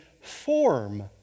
form